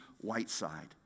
Whiteside